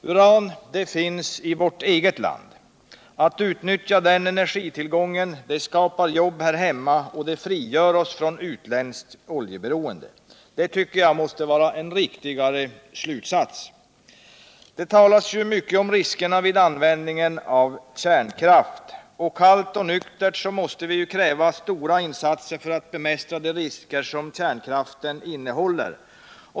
Uran finns i vårt eget land. Au utnyttja den energitillgången skapar jobb här hemma och frigör oss från utländskt oljeberocnde. Det tycker jag måste vara en riktigare slutsats. Det talas mycket om riskerna vid användning av kärnkraft, och kallt och nyktert måste vi kräva stora insatser för att bemästra de risker som kärnkraften innehåller.